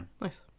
Nice